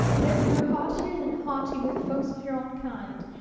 that you're haughtier than haughty with folks of your own kind.